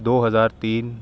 دو ہزار تین